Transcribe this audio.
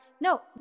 no